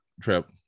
trip